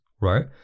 right